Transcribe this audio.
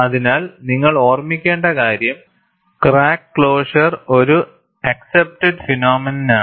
അതിനാൽ നിങ്ങൾ ഓർമ്മിക്കേണ്ട കാര്യം ക്രാക്ക് ക്ലോഷർ ഒരു അക്സപ്റ്റഡ് ഫിനോമിനയാണ്